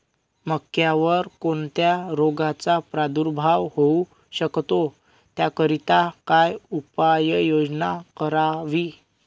मक्यावर कोणत्या रोगाचा प्रादुर्भाव होऊ शकतो? त्याकरिता काय उपाययोजना करावी?